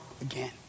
again